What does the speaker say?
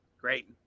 Great